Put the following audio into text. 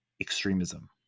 extremism